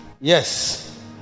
yes